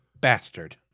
bastard